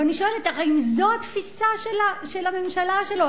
ואני שואלת: הרי אם זו התפיסה של הממשלה שלו,